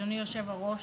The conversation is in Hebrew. אדוני היושב-ראש,